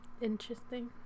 interesting